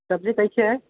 सब्जी कैसे है